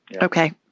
Okay